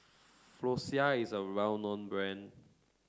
Floxia is a well known brand